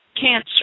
cancer